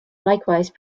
likewise